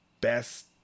best